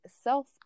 self